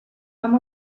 amb